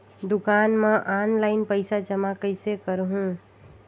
दुकान म ऑनलाइन पइसा जमा कइसे करहु?